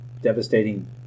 devastating